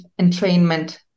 entrainment